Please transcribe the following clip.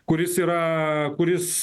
kuris yra kuris